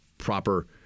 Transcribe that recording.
Proper